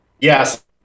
yes